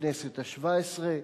בכנסת השבע-עשרה,